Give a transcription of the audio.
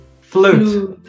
Flute